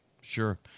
sure